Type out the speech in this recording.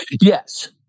Yes